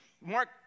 Mark